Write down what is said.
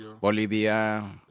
Bolivia